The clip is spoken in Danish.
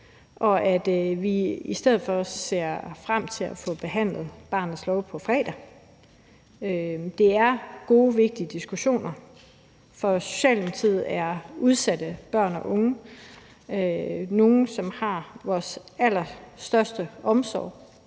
og i stedet for ser vi frem til at få behandlet forlaget om barnets lov på fredag. Det er gode, vigtige diskussioner, og for Socialdemokratiet er udsatte børn og unge nogle, som har vores allerstørste omsorg